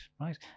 right